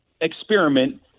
experiment